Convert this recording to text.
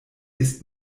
ist